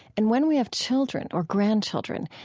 and when we have children, or grandchildren,